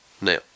now